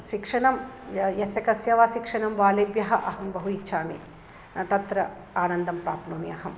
शिक्षणं य यस्य कस्य वा शिक्षण बालेभ्यः अहं बहु इच्छामि तत्र अनन्दं प्राप्नोमि अहं